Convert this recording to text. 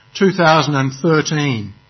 2013